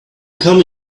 come